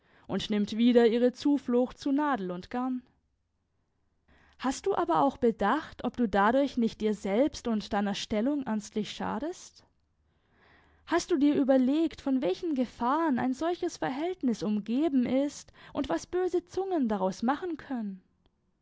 und nimmt wieder ihre zuflucht zu nadel und garn hast du aber auch bedacht ob du dadurch nicht dir selbst und deiner stellung ernstlich schadest hast du dir überlegt von welchen gefahren ein solches verhältnis umgeben ist und was böse zungen daraus machen können